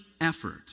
effort